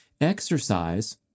exercise